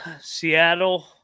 Seattle